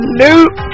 nope